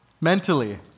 mentally